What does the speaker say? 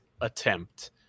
attempt